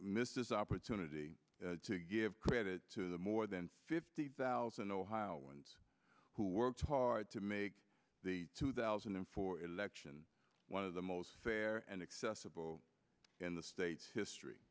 this opportunity to give credit to the more than fifty thousand ohioans who worked hard to make the two thousand and four election one of the most fair and accessible in the state's history